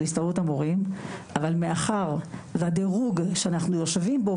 אבל מאחר והדירוג שאנחנו יושבים בו,